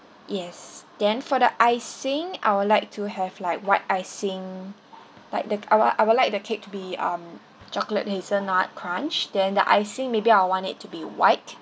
yes then for the icing I would like to have like white icing like the I would I would like the cake to be um chocolate hazelnut crunch then the icing maybe I want it to be white